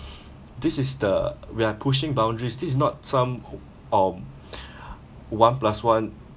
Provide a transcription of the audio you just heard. this is the we're pushing boundaries this not some um one plus one